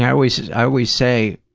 i always i always say,